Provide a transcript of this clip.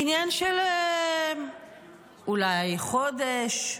עניין של אולי חודש,